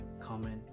comment